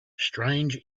strange